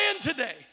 today